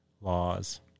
laws